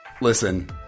Listen